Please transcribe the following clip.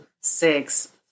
six